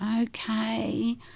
okay